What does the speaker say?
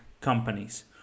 companies